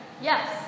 Yes